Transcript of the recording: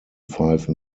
five